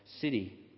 city